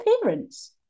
appearance